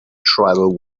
tribal